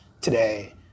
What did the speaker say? today